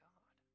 God